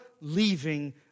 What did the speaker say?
leaving